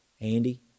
Andy